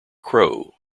crow